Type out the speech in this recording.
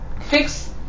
fix